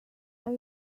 are